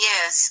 Yes